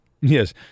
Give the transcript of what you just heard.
yes